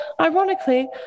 ironically